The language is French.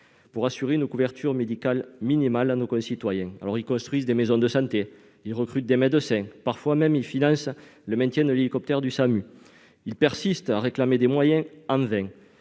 pour assurer une couverture médicale minimale à nos concitoyens : ils construisent des maisons de santé, ils recrutent des médecins, ils financent même parfois certains équipements, comme l'hélicoptère du SAMU. Ils persistent à réclamer des moyens, souvent